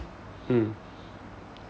mm